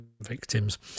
victims